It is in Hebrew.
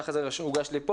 ככה זה הוגש לי,